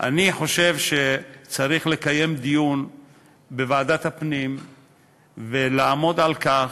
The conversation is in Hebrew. אני חושב שצריך לקיים דיון בוועדת הפנים ולעמוד על כך,